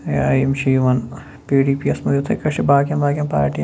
یا یِم چھِ یِوان پی ڈی پی یَس مَنٛز یِتھے کنۍ چھِ باقیَن باقیَن پاٹِیَن